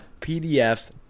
PDFs